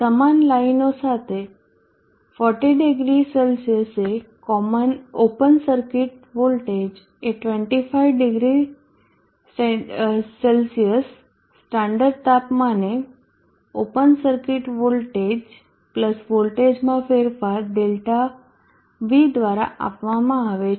સમાન લાઇનો સાથે 400 C એ ઓપન સર્કિટ વોલ્ટેજ એ 250 C સ્ટાન્ડર્ડ તાપમાને ઓપન સર્કિટ વોલ્ટેજ વોલ્ટેજમાં ફેરફાર Δv દ્વારા આપવામાં આવે છે